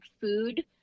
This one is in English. food